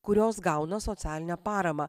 kurios gauna socialinę paramą